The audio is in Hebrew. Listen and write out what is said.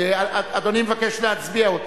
אדוני מבקש להצביע.